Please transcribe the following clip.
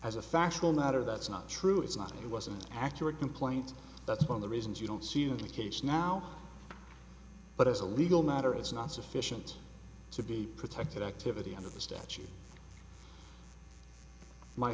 a factual matter that's not true it's not it was an accurate complaint that's one of the reasons you don't see the case now but as a legal matter it's not sufficient to be protected activity under the statute my